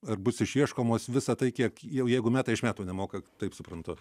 ar bus išieškomos visa tai kiek jau jeigu metai iš metų nemoka taip suprantu